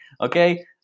Okay